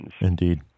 Indeed